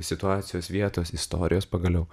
situacijos vietos istorijos pagaliau